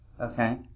Okay